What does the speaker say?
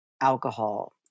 alcohol